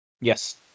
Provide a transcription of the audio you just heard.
Yes